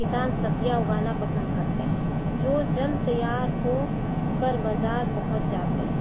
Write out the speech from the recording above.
کسان سبزیاں اُگانا پسند کرتے ہیں جو جلد تیار ہو کر بازار پہنچ جاتے ہیں